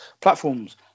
platforms